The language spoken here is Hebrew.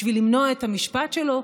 בשביל למנוע את המשפט שלו.